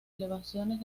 elevaciones